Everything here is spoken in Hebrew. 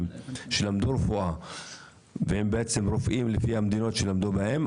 שלמדו רפואה והם רופאים לפי המדינות שלמדו בהן,